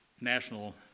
national